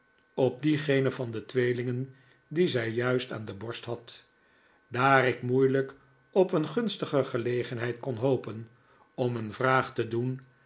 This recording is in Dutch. op diengene van de tweelingen dien zij juist aan de borst had daar ik moeilijk op een gunstiger gelegenheid kon hopen om een vraag te doen